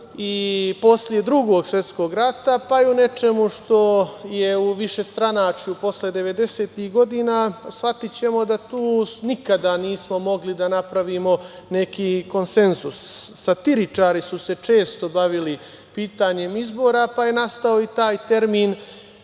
i posle Drugog svetskog rata, pa i u nečemu što je u višestranačju posle 90-ih godina, shvatićemo da tu nikada nismo mogli da napravimo neki konsenzus. Satiričari su se često bavili pitanjem izbora, pa je nastao i taj termin